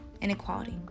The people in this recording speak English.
inequality